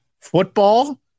football